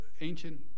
ancient